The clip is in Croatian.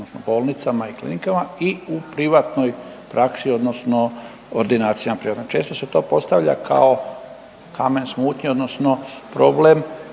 odnosno bolnicama i klinikama i u privatnoj praksi odnosno ordinacijama privatnim. Često se to postavlja kao kamen smutnje odnosno problem